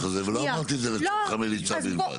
הזה ולא אמרתי את זה לצורך המליצה בלבד.